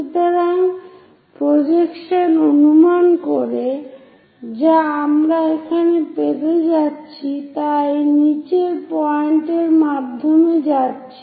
সুতরাং প্রজেকশন অনুমান করে যা আমরা এখানে পেতে যাচ্ছি তা এই নীচের পয়েন্টের মাধ্যমে যাচ্ছে